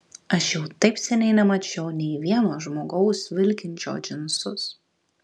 aš jau taip seniai nemačiau nei vieno žmogaus vilkinčio džinsus